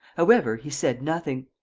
however, he said nothing.